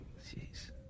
Jeez